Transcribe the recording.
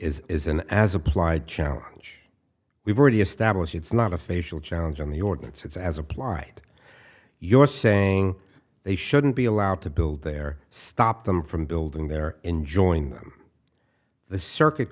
is is an as applied challenge we've already established it's not a facial challenge on the ordinance it's as applied you're saying they shouldn't be allowed to build there stop them from building they're enjoying them the circuit